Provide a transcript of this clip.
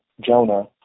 Jonah